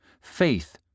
Faith